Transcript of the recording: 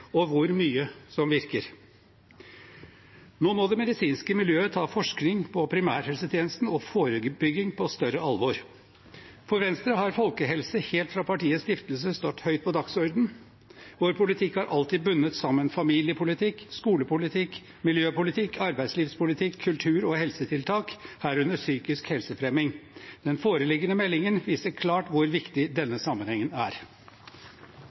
og hvor mye som virker. Nå må det medisinske miljøet ta forskning på primærhelsetjenesten og forebygging på større alvor. For Venstre har folkehelse helt fra partiets stiftelse stått høyt på dagsordenen. Vår politikk har alltid bundet sammen familiepolitikk, skolepolitikk, miljøpolitikk, arbeidslivspolitikk, kultur og helsetiltak, herunder psykisk helsefremming. Den foreliggende meldingen viser klart hvor viktig denne sammenhengen er.